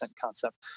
concept